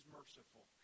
merciful